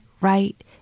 right